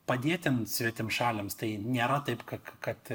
padėt tiem svetimšaliams tai nėra taip ka ka kad